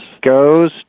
goes